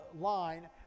line